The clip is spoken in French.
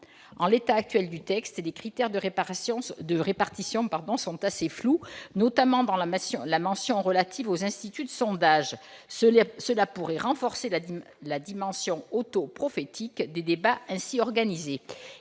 En l'état actuel du texte, les critères de répartition sont assez flous, notamment en ce qui concerne la mention relative aux instituts de sondage. Cela pourrait renforcer la dimension de prophétie autoréalisatrice des débats ainsi organisés.